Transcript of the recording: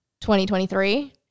2023